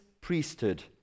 priesthood